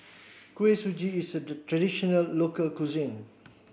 Kuih Suji is a the traditional local cuisine